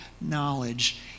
knowledge